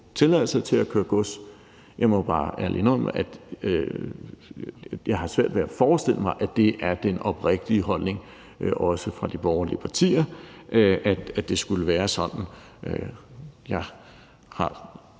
tilladelse til at køre gods. Jeg må bare ærligt indrømme, at jeg har svært ved at forestille mig, at det er den oprigtige holdning, også fra de borgerlige partier, at det skulle være sådan. Jeg har